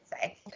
say